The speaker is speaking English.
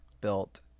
built